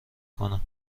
کنم